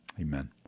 Amen